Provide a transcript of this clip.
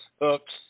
hooks